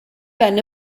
ben